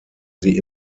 sie